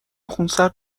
خونسرد